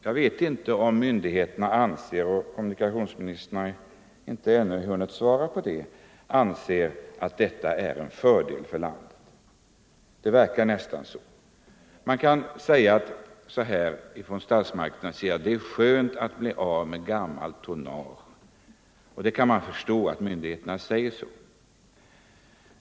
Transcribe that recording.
Jag vet inte om myndigheterna anser - kommunikationsministern har ännu inte hunnit svara på det — att detta är en fördel för landet. Det verkar nästan så. Statsmakterna kan säga: Det är skönt att bli av med detta gamla tonnage. Och man kan förstå att myndigheterna säger så.